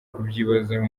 kubyibazaho